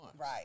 Right